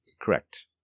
Correct